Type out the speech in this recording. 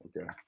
Okay